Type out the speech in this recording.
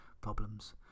problems